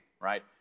right